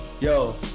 Yo